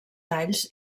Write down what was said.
talls